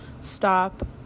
stop